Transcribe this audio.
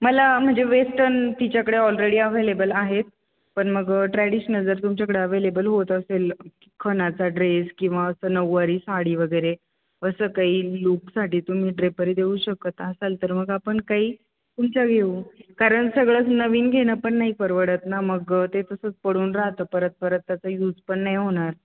मला म्हणजे वेस्टर्न तिच्याकडे ऑलरेडी अवेलेबल आहेत पण मग ट्रॅडिशनल जर तुमच्याकडे अवेलेबल होत असेल खणाचा ड्रेस किंवा असं नऊवारी साडी वगैरे असं काही लूकसाठी तुम्ही ड्रेपरी देऊ शकत असाल तर मग आपण काही तुमच्या घेऊ कारण सगळंच नवीन घेणं पण नाही परवडत ना मग ते तसंच पडून राहतं परत परत त्याच यूज पण नाही होणार